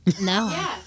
No